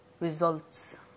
results